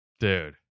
Dude